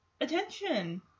attention